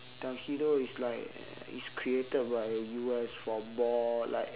tuxedo is like it's created by U_S for ball like